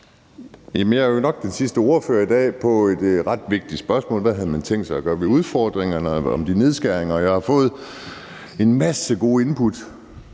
Jeg er jo nok den sidste ordfører i dag på et ret vigtigt spørgsmål: Hvad har man tænkt sig at gøre ved udfordringerne og ved nedskæringerne? Jeg har fået en masse gode input,